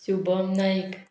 Shubham Naik